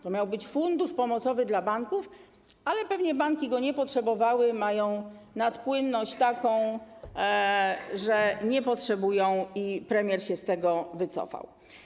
To miał być fundusz pomocowy dla banków, ale pewnie banki go nie potrzebowały, mają taką nadpłynność, że nie potrzebują tego, i premier się z tego wycofał.